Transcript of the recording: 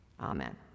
Amen